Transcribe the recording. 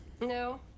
No